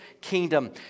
kingdom